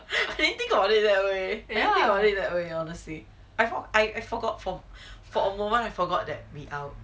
didn't think of it that way already that way honestly I forgot I forgot for for a moment I forgot that we are